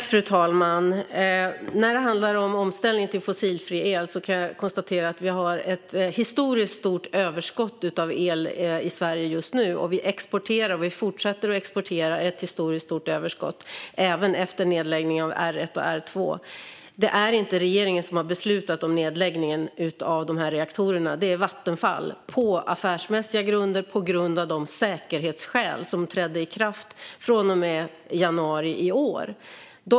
Fru talman! När det handlar om omställning till fossilfri el kan jag konstatera att vi har ett historiskt stort överskott av el i Sverige just nu. Vi exporterar och fortsätter att exportera ett historiskt stort överskott även efter nedläggningen av R1 och R2. Det är inte regeringen som har beslutat om nedläggningen av de här reaktorerna, utan det är Vattenfall. Det har man gjort på affärsmässiga grunder och på grund av de säkerhetskrav som trädde i kraft från och med januari i år.